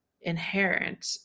inherent